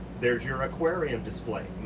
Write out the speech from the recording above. there's your aquarium display.